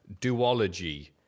Duology